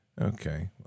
Okay